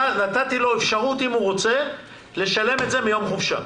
נתתי לו אפשרות אם הוא רוצה לשלם את זה מיום חופשה.